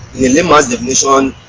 a layman's definition,